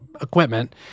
equipment